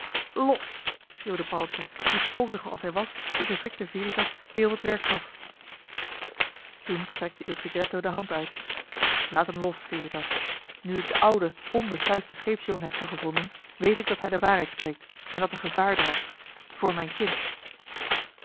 schreeuwde paddeltje die pootig als hij was den verschrikten veritas heel wat werk gaf joh h been paddeltje de scheepsjongen van michiel de ruijter toen strekte il tigretto de hand uit laat hem los veritas nu ik den ouden onbesuisden scheepsjongen heb teruggevonden weet ik dat hij de waarheid spreekt en dat er gevaar dreigt voor mijn kind